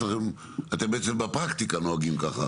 אתם בעצם בפרקטיקה נוהגים ככה,